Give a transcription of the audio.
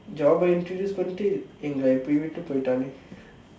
ஜோப:joopa introduce பண்ணிட்டு எங்கள இப்படி விட்டு போயிட்டானே:pannitdu engkala ippadi vitdu pooyitdaanee